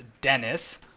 Dennis